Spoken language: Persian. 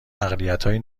اقلیتهای